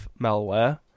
malware